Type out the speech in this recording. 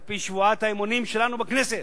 על-פי שבועת האמונים שלנו בכנסת,